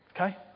Okay